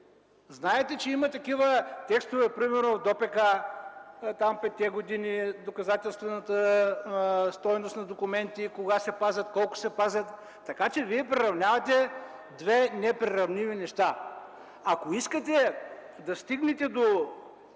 Знаете, че има такива текстове примерно в ДОПК – петте години, доказателствената стойност на документи, кога се пазят, колко се пазят – така че Вие приравнявате две неприравними неща. Ако искате да стигнете до